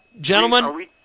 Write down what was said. gentlemen